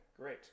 great